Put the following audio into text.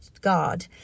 God